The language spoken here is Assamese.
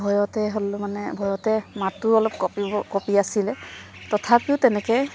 ভয়তে হ'লেও মানে ভয়তে মাতটো অলপ কঁপিব কঁপি আছিলে তথাপিও তেনেকৈ